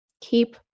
keep